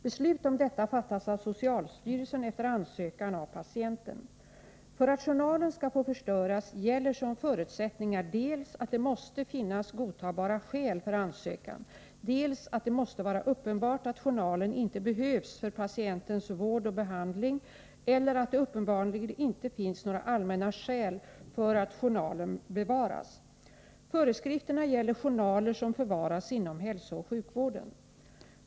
Beslut om detta fattas av socialstyrelsen efter ansökan av patienten. För att journalen skall få förstöras gäller som förutsättningar dels att det måste finnas godtagbara skäl för ansökan, dels att det måste vara uppenbart att journalen inte behövs för patientens vård och behandling eller att det uppenbarligen inte finns några allmänna skäl för att journalen bevaras. Föreskrifterna gäller journaler som förvaras inom hälsooch sjukvården.